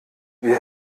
wir